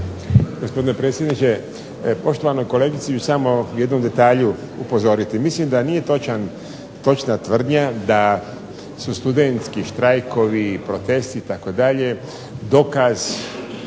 Gospodine predsjedniče. Poštovanu kolegicu ću samo u jednom detalju upozoriti. Mislim da nije točna tvrdnja da su studentski štrajkovi, protesti itd. dokaz